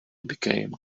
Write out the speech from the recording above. became